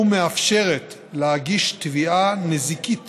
ומאפשרת להגיש תביעה נזיקית